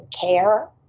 care